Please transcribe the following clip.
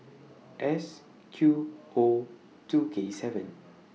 S Q O two K seven